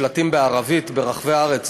של שלטים בערבית ברחבי הארץ.